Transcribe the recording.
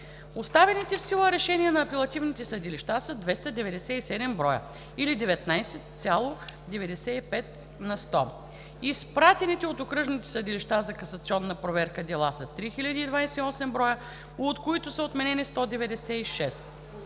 Оставените в сила решения на апелативните съдилища са 297 броя или 19,95 на сто. Изпратените от окръжните съдилища за касационна проверка дела са 3028 броя, от които са отменени 196,